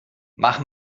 mach